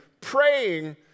praying